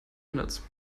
minutes